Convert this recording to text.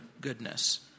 goodness